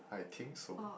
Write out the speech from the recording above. I think so